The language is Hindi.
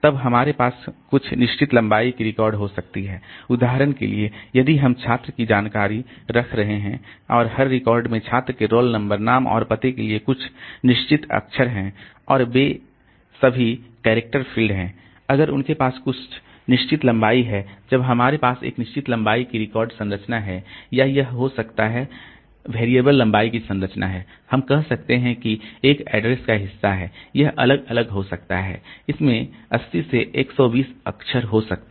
तब हमारे पास कुछ निश्चित लंबाई की रिकॉर्ड हो सकती है उदाहरण के लिए यदि हम छात्र की जानकारी रख रहे हैं और हर रिकॉर्ड में छात्र के रोल नंबर नाम और पते के लिए कुछ निश्चित अक्षर हैं और ये सभी कैरेक्टर फील्ड हैं अगर उनके पास कुछ निश्चित लंबाई है जब हमारे पास एक निश्चित लंबाई की रिकॉर्ड संरचना है या यह हो सकता है चर लंबाई की संरचना है हम कह सकते हैं कि यह एड्रेस का हिस्सा है यह अलग अलग हो सकता है इसमें 80 से 120 अक्षर हो सकते हैं